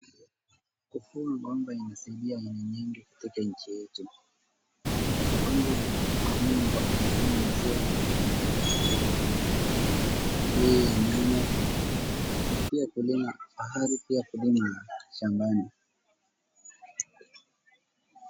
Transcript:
Kufuga ng'ombe inasaidia ina nyingi katika nchi yetu. Ya kwanza ni kukamua maziwa katika ng'ombe yetu. Ya pili ya nyama. Na pia kulima fahari pia kulima shambani